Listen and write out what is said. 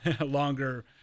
longer